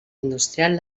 industrial